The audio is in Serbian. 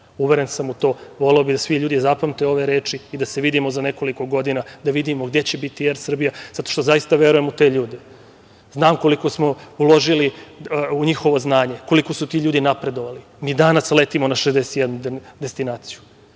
Uveren sam u to. Voleo bih da svi ljudi zapamte ove reči i da se vidimo za nekoliko godina, da vidimo gde će biti „Er Srbija“, zato što zaista verujem u te ljude. Znam koliko smo uložili u njihovo znanje, koliko su ti ljudi napredovali. Mi danas letimo na 61 destinaciju.